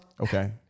okay